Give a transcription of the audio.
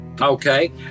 Okay